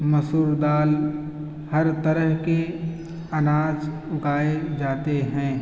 مسور دال ہر طرح کے اناج اگائے جاتے ہیں